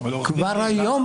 אני חושב שהיא צריכה לכלול,